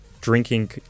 drinking